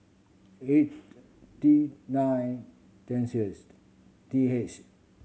eight D nine T H